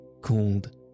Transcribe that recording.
called